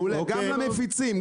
גם למפיצים,